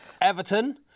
Everton